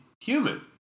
human